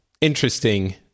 interesting